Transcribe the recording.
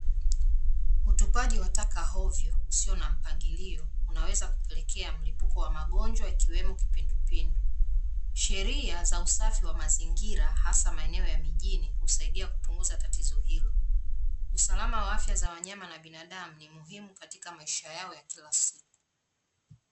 Utupaji wa taka hovyo usio na mpangilio unaweza kupelekea mlipuko wa magonjwa, ikiwemo kipindupindu. Sheria za usafi wa mazingira hasa maeneo ya mijini husaidia kupunguza tatizo hilo. Usalama wa afya za wanyama na binadamu ni muhimu katika maisha yao ya kila siku.